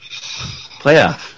playoff